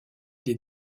des